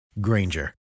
Granger